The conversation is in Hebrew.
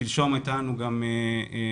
שלשום הייתה לנו פגישה.